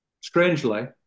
strangely